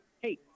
Hey